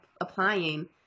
applying